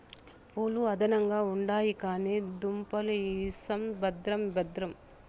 పూలు అందంగా ఉండాయి కానీ దుంపలు ఇసం భద్రం భద్రం